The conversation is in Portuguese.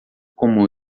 como